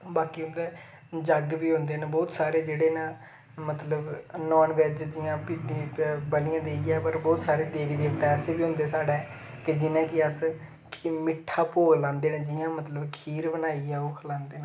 बाकी उंदै जग्ग बी होंदे न बोह्त सारे जेहड़े न मतलब नान वैज जि'यां भिड्डें वलियां देइयै फेर बोह्त सारें देवी देवतें ऐसे बी होंदे साढ़ै जि'नेंगी अस कि मिट्ठा भोग लांदे न जि'यां मतलब खीर बनाइयै ओह् खलांदे न